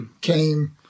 came